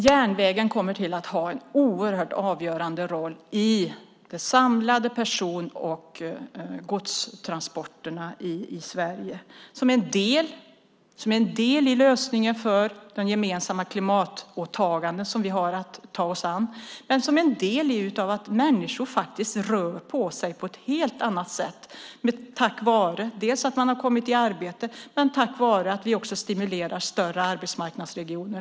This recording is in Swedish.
Järnvägen kommer att ha en oerhört avgörande roll för de samlade person och godstransporterna i Sverige. Det är en del i lösningen för de gemensamma klimatåtaganden som vi har att ta oss an. Det är också en del i att människor faktiskt rör på sig på ett helt annat sätt. Det är tack vare att de har kommit i arbete men också tack vare att vi stimulerar större arbetsmarknadsregioner.